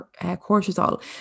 cortisol